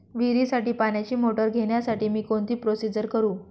विहिरीसाठी पाण्याची मोटर घेण्यासाठी मी कोणती प्रोसिजर करु?